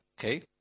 Okay